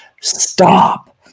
stop